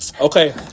okay